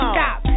Stop